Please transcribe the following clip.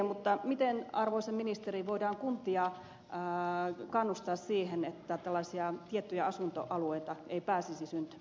mutta miten arvoisa ministeri voidaan kuntia kannustaa siihen että tällaisia tiettyjä asuntoalueita ei pääsisi syntymään